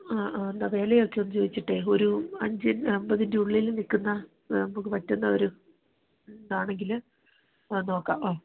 ആ ആ വില ഒക്കെ ഒന്ന് ചോദിച്ചിട്ടെ ഒരു അഞ്ച് അൻപതിൻ്റെ ഉള്ളിൽ നിൽക്കുന്ന നമുക്ക് പറ്റുന്ന ഒരു ഇതാണെങ്കിൽ നോക്കാം ആ